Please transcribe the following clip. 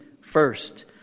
first